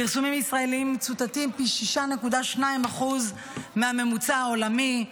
פרסומים ישראליים מצוטטים פי 6.2 מהממוצע העולמי.